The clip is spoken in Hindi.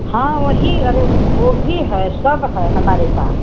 हाँ वही अरे वह भी है सब है हमारे पास